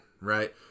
right